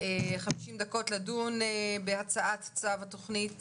חמישים דקות לדון בהצעת צו התכנית